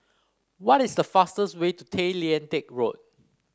what is the fastest way to Tay Lian Teck Road